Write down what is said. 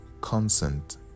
consent